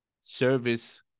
service